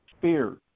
fear